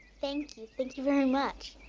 thank you thank you very much.